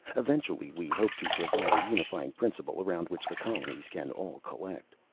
eventually we hope to provide a unifying principle around which the colonies can all collect.